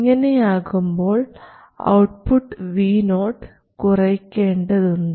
ഇങ്ങനെയാകുമ്പോൾ output vo കുറയ്ക്കേണ്ടതുണ്ട്